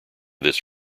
this